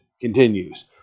continues